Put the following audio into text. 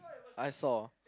I saw